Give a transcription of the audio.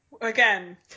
again